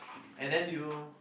and then you